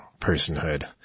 personhood